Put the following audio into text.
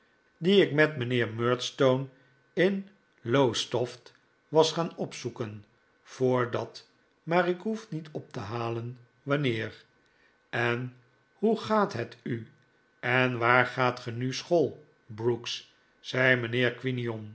dien ik met mijnheer murdstone in lowestoft was gaan opzoeken voordat maar ik hoef niet op te halen wanneer en hoe gaat het u en waar gaat ge nu school brooks zei mijnheer